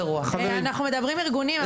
חברים --- אנחנו מדברים ארגונים,